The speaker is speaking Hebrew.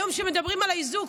היום כשמדברים על האיזוק,